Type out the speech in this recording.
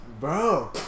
bro